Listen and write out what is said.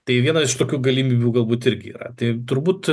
tai viena iš tokių galimybių galbūt irgi yra tai turbūt